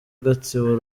gatsibo